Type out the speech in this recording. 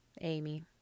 Amy